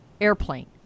airplane